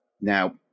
Now